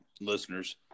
Listeners